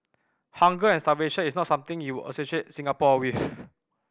hunger and starvation is not something you associate Singapore with